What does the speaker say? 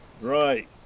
Right